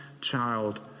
child